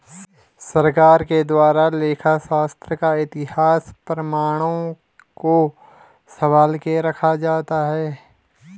सरकार के द्वारा लेखा शास्त्र का इतिहास के प्रमाणों को सम्भाल के रखा जाता है